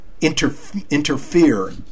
interfere